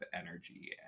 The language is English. energy